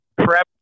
prep